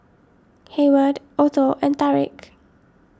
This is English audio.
Hayward Otho and Tarik